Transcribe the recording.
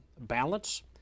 balance